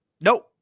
Nope